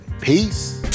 peace